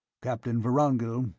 captain vorongil,